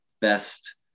best